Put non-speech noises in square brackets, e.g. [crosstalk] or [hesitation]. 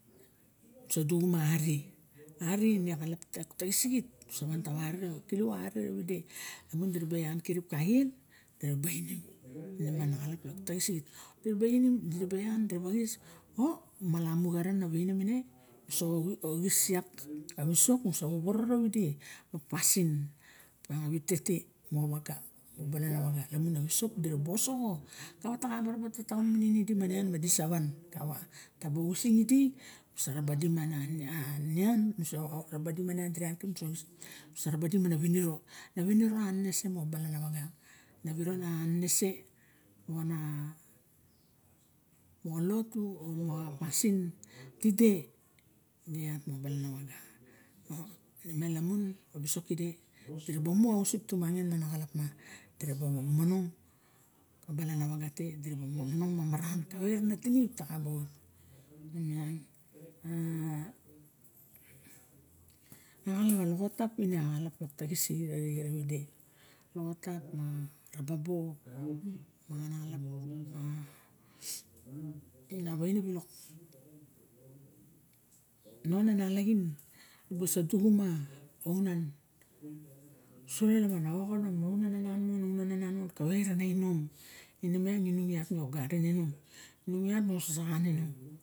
Nusa duxa ari- ari ine xalap taxisixit kava kiliaso ari ariwide lamun diraba elan kirip kaxieng nemiang diraba ean dira baxis iak a wisok musa ubworo rawidi ka pasin opa wite te mo waga balana wagaa lamun a wisok dira ba osoxo kava ta xaba raba tataun idi ma nian madixa wan kava ta ba oxising idi nusa rabadi ma nian nu ga raba di mana winiro na winiro anenese moxa balan awag na winiro ana sese moxa lotu o moxa pasin tide de iat maoxa balana waga miang alum a wisok kide dira ba mu asup tumangin anaxalap opa dira momonong kabalan waga te dira ba mononong maran kabe ra tinip dira xa ba ot anan [hesitation] a inom loxatapo araxam taxin tawide a raba bo manganaxalap [noise] non a nwaxin dibusa dicuma aunoun su so lada man axonom aunan anan non kawe rana inom in eiak miang inung iat nu ogarin inung ne osasa xan inung